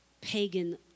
pagan